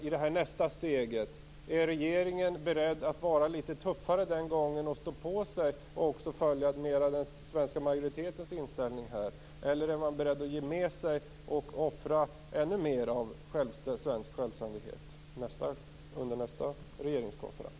Jag undrar om regeringen är beredd att vara litet tuffare den här gången, att stå på sig och följa den svenska majoritetens inställning eller om man är beredd att ge med sig och offra ännu mer av svensk självständighet under nästa regeringskonferens.